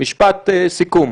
משפט סיכום.